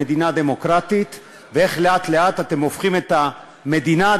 זאת לא המדינה הדמוקרטית שכולנו רוצים לשמור עליה.